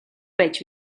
байж